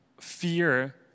fear